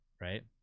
right